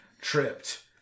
tripped